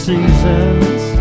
seasons